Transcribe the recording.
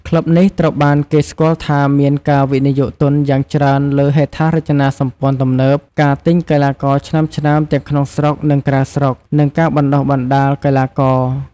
ក្លឹបនេះត្រូវបានគេស្គាល់ថាមានការវិនិយោគទុនយ៉ាងច្រើនលើហេដ្ឋារចនាសម្ព័ន្ធទំនើប ការទិញកីឡាករឆ្នើមៗទាំងក្នុងស្រុក និងក្រៅស្រុក និងការបណ្តុះបណ្តាលកីឡាករ។